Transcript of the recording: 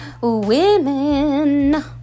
women